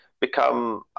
become